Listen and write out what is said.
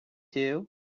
too